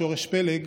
שורש פל"ג,